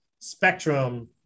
spectrum